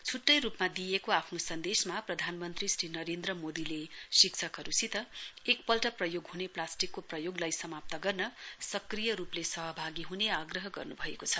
छुट्टै रूपमा दिइएको आफ्नो सन्देसमा प्रधानमन्त्री श्री नरेन्द्र मोदीले शिक्षकहरूसित एकपल्ट प्रयोग हुने प्लास्टिकको प्रयोगलाई समाप्त गर्न सक्रिय रूपले सहभागी हुने आग्रह गर्नु भएको छ